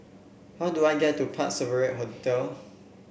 how do I get to Parc Sovereign Hotel